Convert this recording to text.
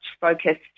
focused